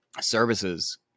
services